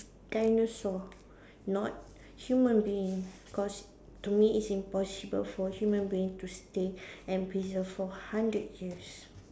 dinosaur not human being cause to me it's impossible for human being to stay and preserve for hundred years